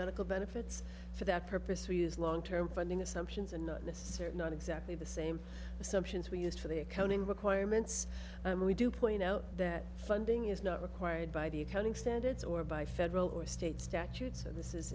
medical benefits for that purpose we use long term funding assumptions and not necessarily not exactly the same assumptions we used for the accounting requirements and we do point out that funding is not required by the accounting standards or by federal or state statute